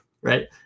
right